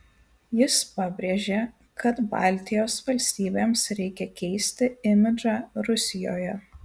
jis pabrėžė kad baltijos valstybėms reikia keisti imidžą rusijoje